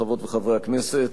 חברות וחברי הכנסת,